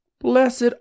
Blessed